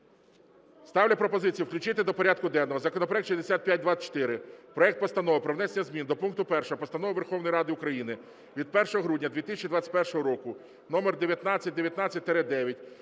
Ставлю пропозицію включити до порядку денного законопроект 6524 – проект Постанови про внесення зміни до пункту 1 Постанови Верховної Ради України від 1 грудня 2021 року № 1919-IX